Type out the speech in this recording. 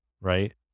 right